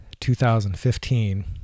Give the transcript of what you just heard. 2015